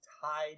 tied